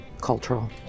cultural